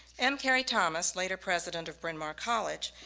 m. carey thomas, later president of bryn mawr college,